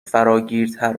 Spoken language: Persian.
فراگیرتر